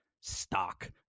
stock